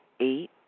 Eight